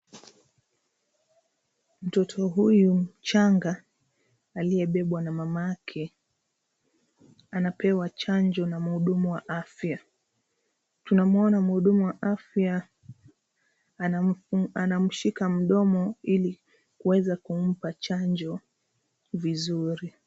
Mtoto huyu mchanga aliyebebwa na mamake anapewa chanjo na mhudumu wa afya. Tunamwona mhudumu wa afya anamshika mdomo ili kuweza kumpa chanjo vizuri.